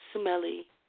smelly